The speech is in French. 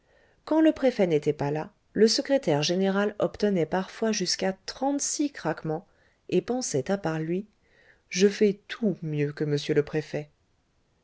quand le préfet n'était pas là le secrétaire général obtenait parfois jusqu'à trente-six craquements et pensait à part lui je fais tout mieux que m le préfet